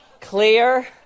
clear